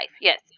yes